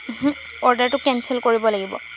ওহোঁ অৰ্ডাৰটো কেনচেল কৰিব লাগিব